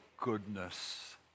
goodness